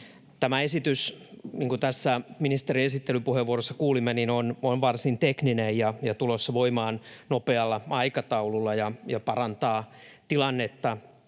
Tämä esitys, niin kuin tässä ministerin esittelypuheenvuorossa kuulimme, on varsin tekninen ja tulossa voimaan nopealla aikataululla ja parantaa tilannetta